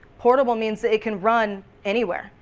portable means that it can run anywhere.